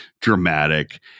dramatic